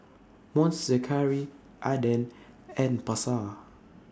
Monster Curry Aden and Pasar